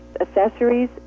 Accessories